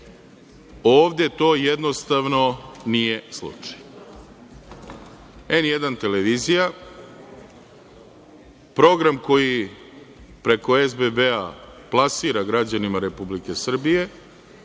Ovde to, jednostavno, nije slučaj. Dakle, N1 televizija program koji preko SBB plasira građanima Republike Srbije